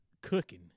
cooking